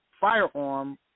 firearm